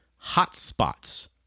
hotspots